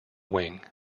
wing